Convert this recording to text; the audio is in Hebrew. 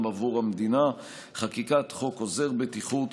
עבודתם עבור המדינה, חקיקת חוק עוזר בטיחות.